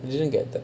I didn't get that